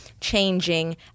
changing